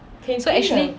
actually